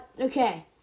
okay